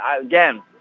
again